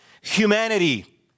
humanity